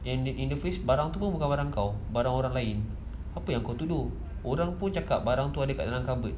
and in the first barang tu bukan barang kau barang orang lain apa yang kau tuduh orang pun cakap barang tu ada dalam cupboard